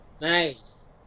Nice